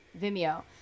Vimeo